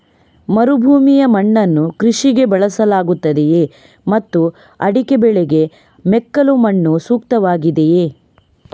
ಮರುಭೂಮಿಯ ಮಣ್ಣನ್ನು ಕೃಷಿಗೆ ಬಳಸಲಾಗುತ್ತದೆಯೇ ಮತ್ತು ಅಡಿಕೆ ಬೆಳೆಗೆ ಮೆಕ್ಕಲು ಮಣ್ಣು ಸೂಕ್ತವಾಗಿದೆಯೇ?